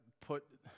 put